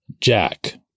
jack